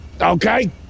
Okay